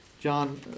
John